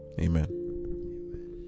Amen